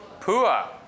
Pua